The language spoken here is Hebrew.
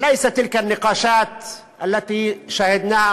הסיבה אינה נעוצה בדיונים שהתנהלו